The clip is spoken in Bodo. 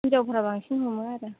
हिनजावफ्रा बांसिन हमो आरो